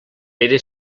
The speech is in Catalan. pere